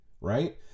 right